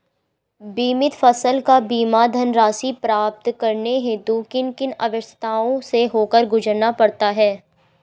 बीमित फसल का बीमा धनराशि प्राप्त करने हेतु किन किन अवस्थाओं से होकर गुजरना पड़ता है?